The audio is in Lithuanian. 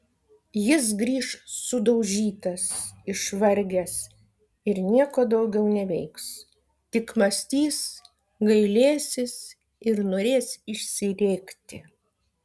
jis grįš sudaužytas išvargęs ir nieko daugiau neveiks tik mąstys gailėsis ir norės išsirėkti